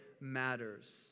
matters